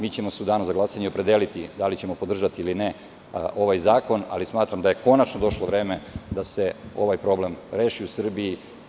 Mi ćemo se u danu za glasanje opredeliti da li ćemo podržati ili ne ovaj zakon, ali smatram da je konačno došlo vreme da se ovaj problem reši u Srbiji.